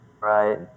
Right